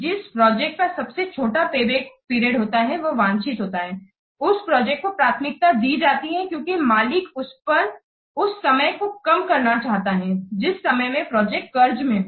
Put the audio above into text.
जिस प्रोजेक्ट का सबसे छोटा पेबैक पीरियड होता है वह वांछित होता है उस प्रोजेक्ट को प्राथमिकता दी जाती है क्योंकि मालिक उस समय को कम करना चाहता है जिस समय मैं प्रोजेक्ट कर्ज में हो